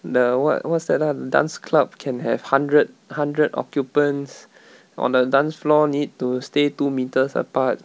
the what what's that ah dance club can have hundred hundred occupants on the dance floor need to stay two metres apart